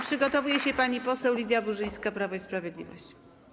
Przygotowuje się pani poseł Lidia Burzyńska, Prawo i Sprawiedliwość.